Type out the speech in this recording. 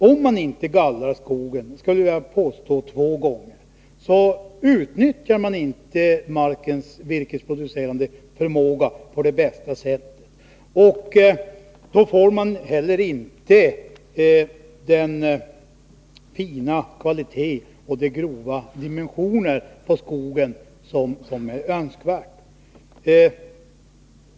Om man inte gallrar skogen två gånger, utnyttjar man inte markens virkesproducerande förmåga på bästa sätt — det går inte att förneka — och får inte heller den fina kvalitet och de grova dimensioner som är önskvärda.